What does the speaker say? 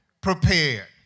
prepared